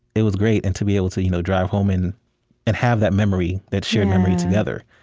it was great. and to be able to you know drive home and and have that memory, that shared memory together.